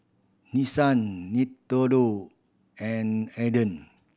Nissan Nintendo and Aden